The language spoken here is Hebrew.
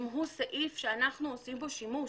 גם הוא סעיף שאנו עושים בו שימוש.